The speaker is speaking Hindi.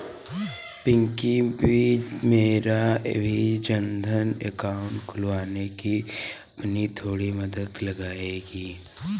पिंकी जी मेरा भी जनधन अकाउंट खुलवाने में आपकी थोड़ी मदद लगेगी